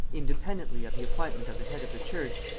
independently of the appointment of the head of the church,